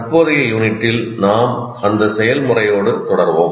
தற்போதைய யூனிட்டில் நாம் அந்த செயல்முறையோடு தொடர்வோம்